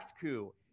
coup